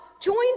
joined